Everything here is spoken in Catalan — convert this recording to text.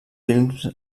films